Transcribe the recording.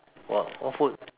what what food